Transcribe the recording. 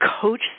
coach